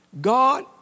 God